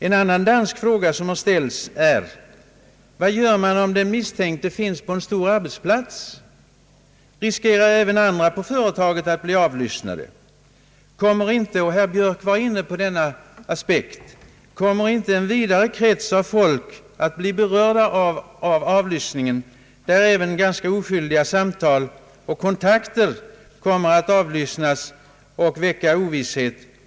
En annan fråga som ställts i Danmark är: Vad gör man, om den misstänkte finns på en stor arbetsplats? Riskerar även andra på företaget att bli avlyssnade? Kommer inte — herr Björk var inne på den aspekten — en vidare krets av personer att beröras av telefonavlyssningen, som omfattar även ganska oskyldiga samtal och kontakter, något som kommer att väcka oro och Oovisshet?